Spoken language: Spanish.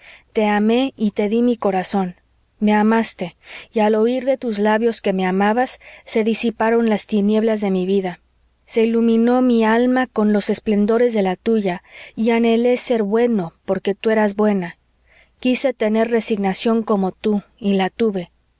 te amé y te di mi corazón me amaste y al oír de tus labios que me amabas se disiparon las tinieblas de mi vida se iluminó mi alma con los esplendores de la tuya y anhelé ser bueno porque tú eras buena quiso tener resignación como tú y la tuve